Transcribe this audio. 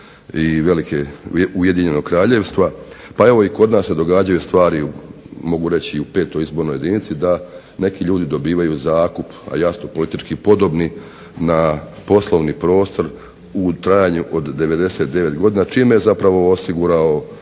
Kine i Ujedinjenog Kraljevstva. Pa evo i kod nas se događaju stvari, mogu reći u 5. izbornoj jedinici da neki ljudi dobiju zakup, a jasno politički podobni na poslovni prostor u trajanju od 99 godina čime je zapravo osigurao